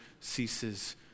ceases